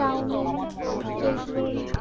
chowmein egg role